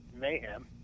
mayhem